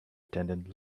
attendant